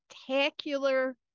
spectacular